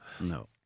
No